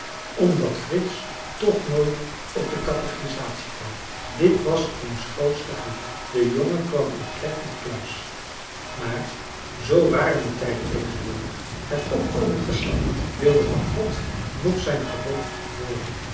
omdat frits toch nooit op de catechisatie kwam dit was ooms grootste grief de jongen kwam in kerk noch kluis maar zoo waren de tijden tegenwoordig het opkomend geslacht wilde van god noch zijn gebod hooren